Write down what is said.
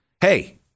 hey